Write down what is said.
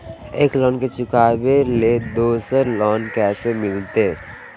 एक लोन के चुकाबे ले दोसर लोन कैसे मिलते?